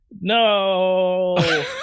No